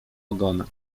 ogona